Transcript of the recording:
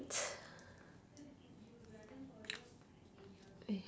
~t